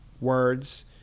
words